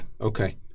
Okay